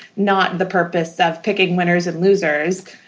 not the purpose of picking winners and losers,